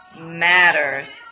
matters